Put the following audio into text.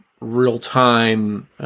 real-time